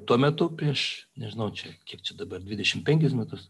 tuo metu prieš nežinau čia kiek čia dabar dvidešim penkis metus